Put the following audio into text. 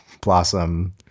Blossom